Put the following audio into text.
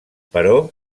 però